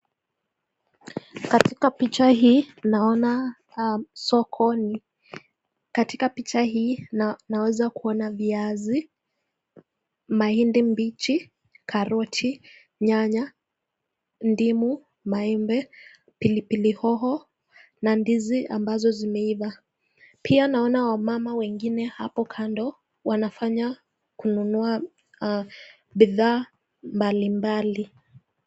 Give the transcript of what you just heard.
Katika picha hii naona sokoni. Katika picha hii naeza kuona viazi, mahindi mbichi, karoti, nyanya ndimu, maembe, pilipili hoho na ndizi ambazo zimeiva. Pia naona wamama wengine hapo kando wanafanya kununua bidhaa mbali mbali.